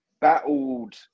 battled